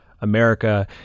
America